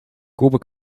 kobe